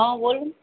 હં બોલો ને